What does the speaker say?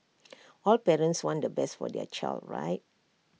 all parents want the best for their child right